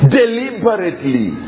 deliberately